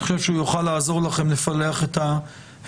אני חושב שהוא יוכל לעזור לכם לפלח את הנתונים.